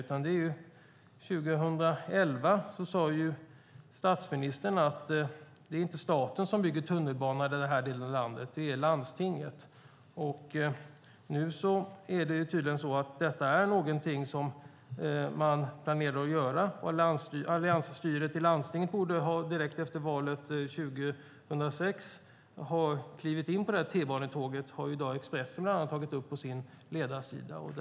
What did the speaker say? Redan 2011 sade statsministern att det inte är staten som bygger tunnelbana i den här delen av landet utan landstinget. Nu är det tydligen så att detta är någonting som man planerar att göra. Alliansstyret i landstinget borde direkt efter valet 2006 ha klivit in på detta t-banetåg. Det har bland annat Expressen tagit upp på sin ledarsida i dag.